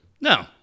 No